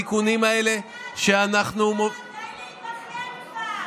התיקונים האלה שאנחנו, 40 שנה אתם בשלטון.